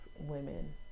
women